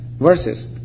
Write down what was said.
verses